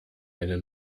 eine